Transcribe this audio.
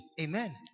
Amen